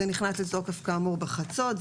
אז זה נכנס לתוקף כאמור היום בחצות,